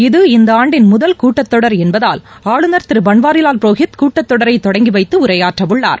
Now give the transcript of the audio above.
இது இந்த ஆண்டின் முதல் கூட்டத்தொடர் என்பதால் ஆளுநர் திரு பன்வாரிவால் புரோஹித் கூட்டத்தொடரை தொடங்கி வைத்து உரையாற்ற உள்ளார்